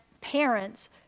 parents